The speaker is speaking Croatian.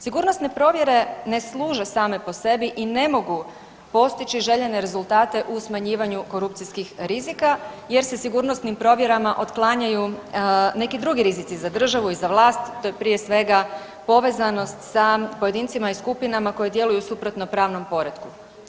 Sigurnosne provjere ne služe same po sebi ne mogu postići željene rezultate u smanjivanju korupcijskih rizika jer se sigurnosnim provjerama otklanjaju neki drugi rizici za državu i za vlast to je prije svega povezanost sa pojedincima i skupinama koje djeluju suprotno pravnom poretku.